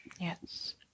Yes